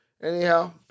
Anyhow